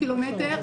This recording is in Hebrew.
עד 80 קילומטר.